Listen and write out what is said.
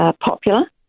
popular